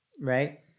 right